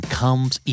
comes